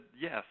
yes